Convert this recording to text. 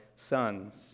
Sons